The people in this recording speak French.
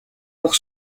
pour